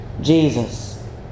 Jesus